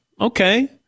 okay